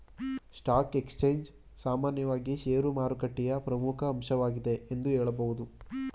stock exchange ಸಾಮಾನ್ಯವಾಗಿ ಶೇರುಮಾರುಕಟ್ಟೆಯ ಪ್ರಮುಖ ಅಂಶವಾಗಿದೆ ಎಂದು ಹೇಳಬಹುದು